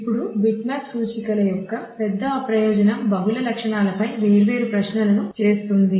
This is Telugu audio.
ఇప్పుడు బిట్మ్యాప్ సూచికల యొక్క పెద్ద ప్రయోజనం బహుళ లక్షణాలపై వేర్వేరు ప్రశ్నలను చేస్తోంది